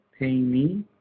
payme